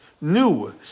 new